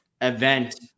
event